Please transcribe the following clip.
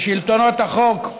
בשלטונות החוק,